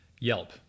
Yelp